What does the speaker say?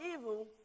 evil